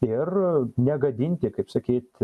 ir negadinti kaip sakyt